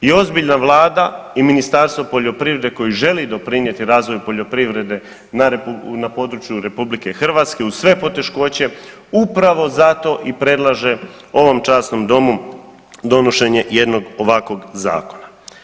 I ozbiljna vlada i Ministarstvo poljoprivrede koji želi doprinjeti razvoju poljoprivrede na području RH uz sve poteškoće upravo zato i predlaže ovom časnom domu donošenje jednog ovakvog zakona.